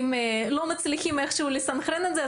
אם לא מצליחים איכשהו לסנכרן את זה.